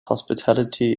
hospitality